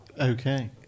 Okay